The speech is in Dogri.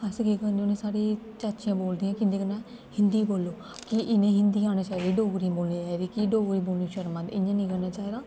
अस केह् करने होन्ने साढ़े चाचियां बोलदियां कि इंदे कन्नै हिन्दी बोलो कि इ'नें गी हिन्दी औनी चाहिदी डोगरी निं बोलनी चाहिदी कि डोगरी बोलने च शर्म औंदी इ'यां निं करना चाहिदा